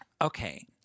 Okay